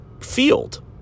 field